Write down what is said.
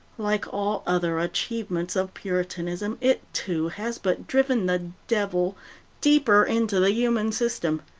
like all other achievements of puritanism it, too, has but driven the devil deeper into the human system.